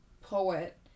poet